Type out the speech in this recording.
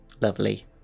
lovely